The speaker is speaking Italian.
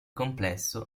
complesso